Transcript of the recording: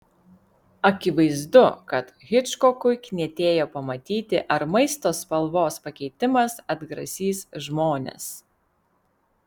akivaizdu kad hičkokui knietėjo pamatyti ar maisto spalvos pakeitimas atgrasys žmones